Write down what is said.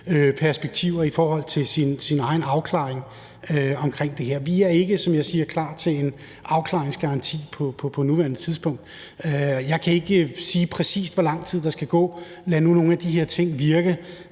perspektiver med hensyn til ens egen afklaring af det her. Vi er, som jeg siger, ikke klar til en afklaringsgaranti på nuværende tidspunkt. Jeg kan ikke sige, præcis hvor lang tid der skal gå. Lad nu nogle af de her ting virke,